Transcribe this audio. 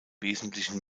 wesentlichen